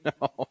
no